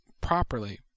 properly